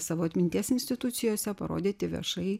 savo atminties institucijose parodyti viešai